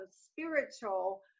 spiritual